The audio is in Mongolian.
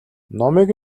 номыг